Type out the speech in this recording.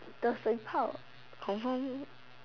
the 水泡 confirm